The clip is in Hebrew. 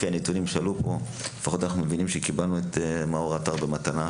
אנחנו מבינים שקיבלנו את מאור עטר במתנה,